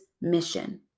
mission